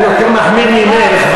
אני יותר מחמיר ממך,